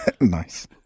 Nice